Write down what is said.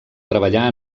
treballar